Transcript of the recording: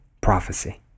prophecy